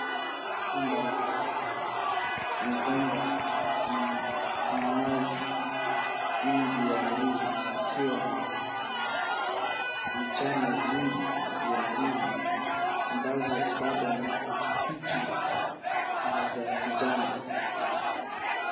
Shamba la migomba na minazi mingi ya ndizi ikiwa na vichane vingi vya ndizi ambazo bado ni mbichi na za kijani.